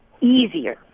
easier